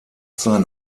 sein